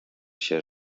się